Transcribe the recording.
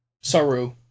Saru